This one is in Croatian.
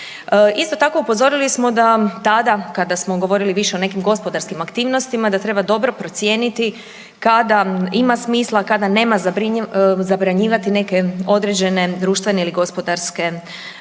Isto tako upozorili smo da tada kada smo govorili više o nekim gospodarskim aktivnostima, da treba dobro procijeniti kada ima smisla, kada nema zabranjivati neke određene društvene ili gospodarske aktivnosti.